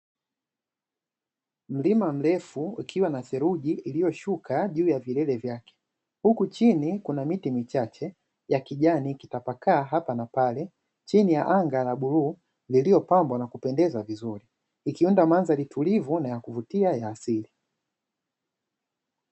Mlima mirefu ukiwa na theluji liyoshuka juu ya vilele vyake, huku chini kuna miti michache ya kijani ikitapakaa hapa na pale chini ya anga la bluu lililopambwa na kupendeza vizuri ikiunda mandhari tulivu na ya kuvutia ya asili.